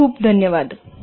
खूप खूप धन्यवाद